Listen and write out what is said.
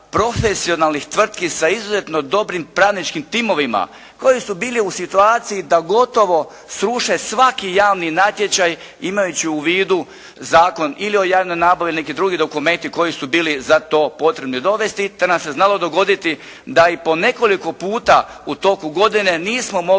profesionalnih tvrtki sa izuzetno dobrim pravničkim timovima koji su bili u situaciji da gotovo sruše svaki javni natječaj imajući u vidu Zakon ili o javnoj nabavi i neki drugi dokumenti koji su bili za to potrebni dovesti te nam se znalo dogoditi da i po nekoliko puta u toku godine nismo mogli